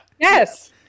Yes